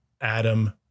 Adam